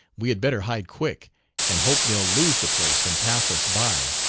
we had better hide quick and hope they'll lose the place and pass us by.